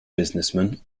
businessman